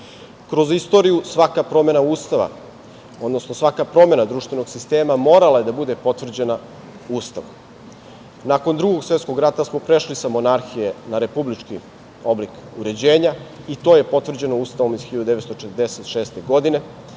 istoriju svaka promena ustava, odnosno svaka promena društvenog sistema morala je da bude potvrđena ustavom. Nakon Drugog svetskog rata smo prešli sa monarhije na republički oblik uređenja i to je potvrđeno Ustavom iz 1946. godine,